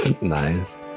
nice